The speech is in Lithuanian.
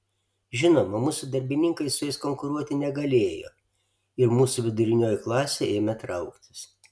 žinoma mūsų darbininkai su jais konkuruoti negalėjo ir mūsų vidurinioji klasė ėmė trauktis